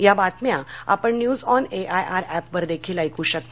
या बातम्या आपण न्यूज ऑन एआयआर ऍपवर देखील ऐकू शकता